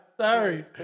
Sorry